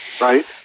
Right